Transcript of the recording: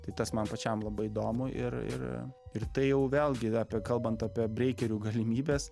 tai tas man pačiam labai įdomu ir ir ir tai jau vėlgi apie kalbant apie breikerių galimybes